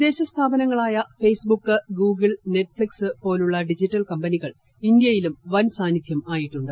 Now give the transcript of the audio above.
വിദേശ സ്ഥാപനങ്ങളായ Facebook Google Netflix പോലുള്ള ഡിജിറ്റൽ കമ്പനികൾ ഇന്ത്യയിലും വൻ സാന്നിധ്യം ആയിട്ടുണ്ട്